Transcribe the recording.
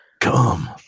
come